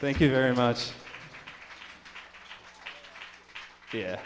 thank you very much yeah